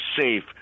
safe